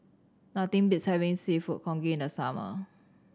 nothing beats having Seafood Congee in the summer